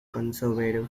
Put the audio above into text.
conservative